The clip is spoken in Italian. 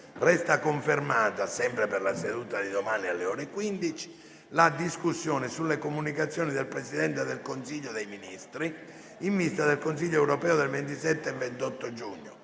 Resta confermata, per la seduta di domani, alle ore 15, la discussione sulle Comunicazioni del Presidente del Consiglio dei ministri in vista del Consiglio europeo del 27 e 28 giugno